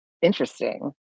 interesting